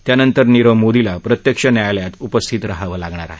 त्यानंतर नीरव मोदीला प्रत्यक्ष न्यायालयात उपस्थित राहवं लागणार आहे